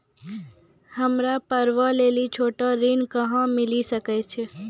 हमरा पर्वो लेली छोटो ऋण कहां मिली सकै छै?